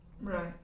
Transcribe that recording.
Right